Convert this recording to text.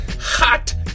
Hot